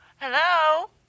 Hello